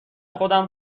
خودم